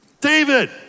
David